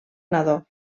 nadó